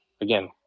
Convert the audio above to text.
again